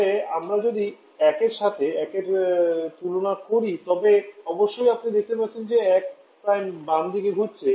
তবে আমরা যদি 1 এর সাথে 1 এর তুলনা করি তবে অবশ্যই আপনি দেখতে পাচ্ছেন 1 বাম দিকে ঘুরছে